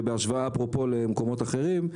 ובהשוואה למקומות אחרים,